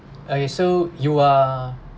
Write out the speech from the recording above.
okay so you are